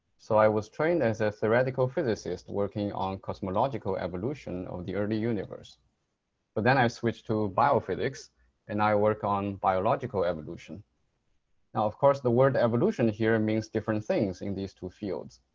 so i was trained as a theoretical physicist working on cosmological evolution of the early universe but then i switched to biophysics and i work on biological evolution. now of course the word evolution here means different things in these two fields.